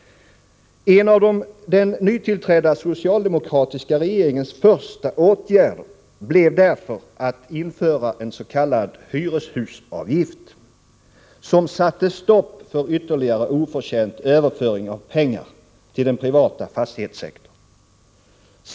En av den nytillträdda socialdemokratiska regeringens första åtgärder blev därför att införa en s.k. hyreshusavgift som satte stopp för ytterligare oförtjänt överföring av pengar till den privata fastighetssektorn.